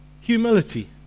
humility